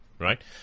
Right